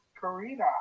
Karina